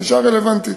האישה הרלוונטית.